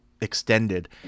extended